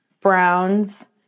Browns